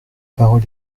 parole